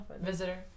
visitor